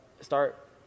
Start